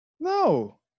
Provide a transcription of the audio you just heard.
No